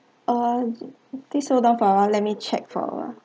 ah please hold on for a while let me check for a while